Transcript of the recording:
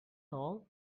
all